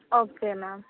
okay ma'am